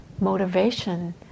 motivation